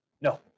No